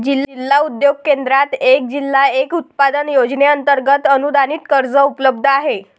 जिल्हा उद्योग केंद्रात एक जिल्हा एक उत्पादन योजनेअंतर्गत अनुदानित कर्ज उपलब्ध आहे